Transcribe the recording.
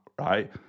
right